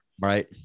Right